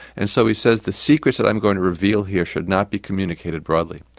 and so he says, the secrets that i'm going to reveal here should not be communicated broadly.